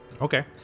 Okay